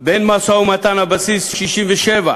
בין משא-ומתן על בסיס 67',